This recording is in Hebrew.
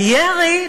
הירי,